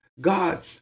God